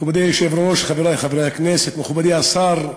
מכובדי היושב-ראש, חברי חברי הכנסת, מכובדי השר,